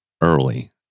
Early